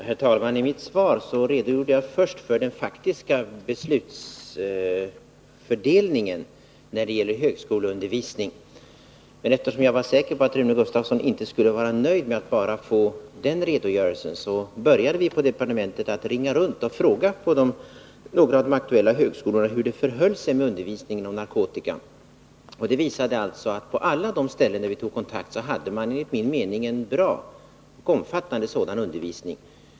Herr talman! I mitt svar redogjorde jag först för den faktiska beslutsfördelningen när det gäller högskoleundervisning. Men eftersom jag var säker på att Rune Gustavsson inte skulle vara nöjd med att bara få den redogörelsen, började vi på departementet ringa runt och fråga några av de aktuella högskolorna hur det förhöll sig med undervisningen om narkotika. Det visade sig att på alla de ställen som vi tog kontakt med hade man en enligt min mening bra och omfattande sådan undervisning.